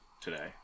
today